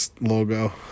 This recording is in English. logo